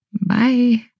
Bye